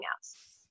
else